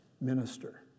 minister